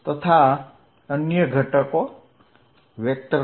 તથા અન્ય ઘટકો v